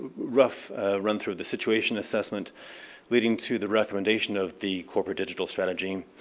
rough run through of the situation assessment leading to the recommendation of the corporate digital strategy.